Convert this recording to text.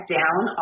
down